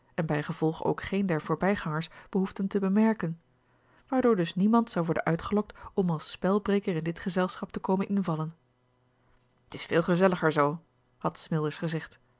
en bijgevolg ook geen der voorbijgangers behoefden te bemerken waardoor dus niemand zou worden uitgelokt om als spelbreker in dit gezelschap te komen invallen t is veel gezelliger z had smilders gezegd